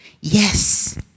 Yes